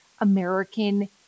American